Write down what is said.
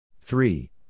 Three